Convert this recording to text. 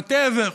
whatever.